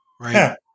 Right